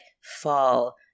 fall